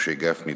משה גפני,